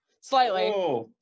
slightly